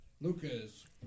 Lucas